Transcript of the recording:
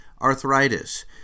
arthritis